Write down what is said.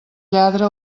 lladra